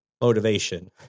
motivation